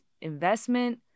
investment